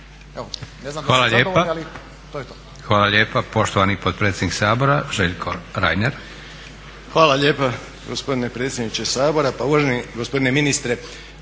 Hvala lijepa. Poštovani potpredsjednik Sabora Željko Reiner.